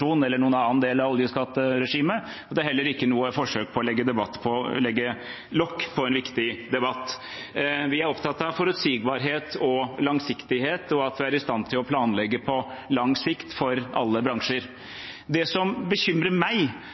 eller noen annen del av oljeskatteregimet, og det er heller ikke noe forsøk på å legge lokk på en viktig debatt. Vi er opptatt av forutsigbarhet og langsiktighet, og at vi er i stand til å planlegge på lang sikt for alle bransjer. Det som bekymrer meg,